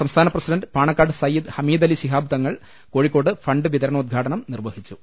സംസ്ഥാന പ്രസിഡന്റ് പാണക്കാട് സയ്യിദ് ഹമീദലി ശിഹാബ് തങ്ങൾ കോഴിക്കോട്ട് ഫണ്ട് വിതരണോദ്ഘാടനം നിർവഹിച്ചു